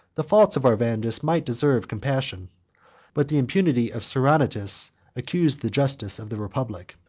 the faults of arvandus might deserve compassion but the impunity of seronatus accused the justice of the republic,